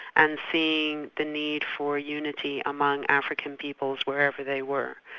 and seeing the need for unity among african peoples, wherever they were.